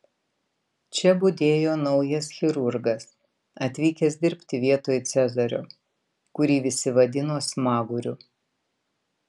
čia budėjo naujas chirurgas atvykęs dirbti vietoj cezario kurį visi vadino smaguriu